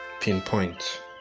pinpoint